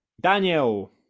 Daniel